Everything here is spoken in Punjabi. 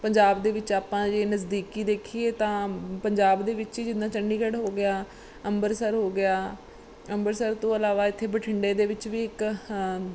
ਪੰਜਾਬ ਦੇ ਵਿੱਚ ਆਪਾਂ ਜੇ ਨਜ਼ਦੀਕ ਦੇਖੀਏ ਤਾਂ ਪੰਜਾਬ ਦੇ ਵਿੱਚ ਹੀ ਜਿੱਦਾਂ ਚੰਡੀਗੜ੍ਹ ਹੋ ਗਿਆ ਅੰਬਰਸਰ ਹੋ ਗਿਆ ਅੰਬਰਸਰ ਤੋਂ ਇਲਾਵਾ ਇੱਥੇ ਬਠਿੰਡੇ ਦੇ ਵਿੱਚ ਵੀ ਇੱਕ